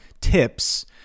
tips